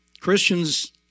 Christians